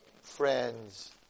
friends